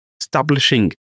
establishing